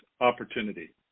opportunity